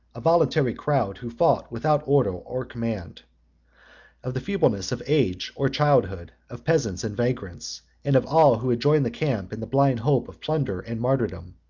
a voluntary crowd who fought without order or command of the feebleness of age or childhood, of peasants and vagrants, and of all who had joined the camp in the blind hope of plunder and martyrdom.